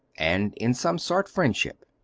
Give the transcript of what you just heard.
and in some sort friendship.